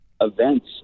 events